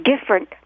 different